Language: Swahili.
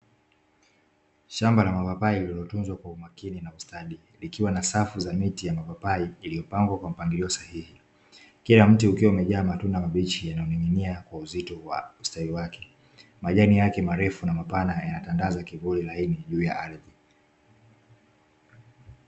Shamba la mapapai lililotunzwa kwa umakini na ustadi, lilikiwa na safu za miti ya mapapai iliyopangwa kwa mpangilio sahihi. Kila mti ukiwa umejaa matunda mabichi yanayoning'inia kwa uzito wa ustawi wake. Majani yake marefu na mapana yanatandaza kivuli laini juu ya ardhi.